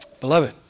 Beloved